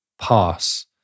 pass